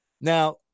Now